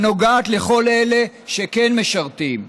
הנוגעת לכל אלה שכן משרתים.